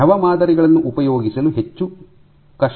ದ್ರವ ಮಾದರಿಗಳನ್ನು ಉಪಯೋಗಿಸಲು ಹೆಚ್ಚು ಕಷ್ಟ